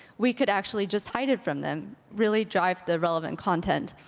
we could actually just hide it from them, really drive the relevant content.